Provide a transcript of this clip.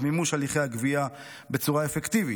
מימוש הליכי הגבייה בצורה אפקטיבית,